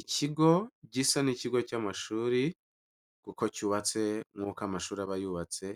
Ikigo gisa n'ikigo cy'amashuri kuko cyubatse nk'uko amashuri aba yubatse,